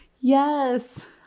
Yes